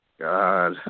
God